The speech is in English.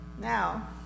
now